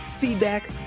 feedback